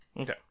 Okay